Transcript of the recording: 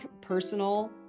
personal